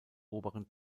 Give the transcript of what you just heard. oberen